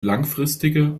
langfristige